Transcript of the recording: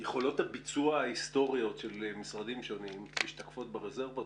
יכולות הביצוע ההיסטוריות של המשרדים השונים משתקפות ברזרבות,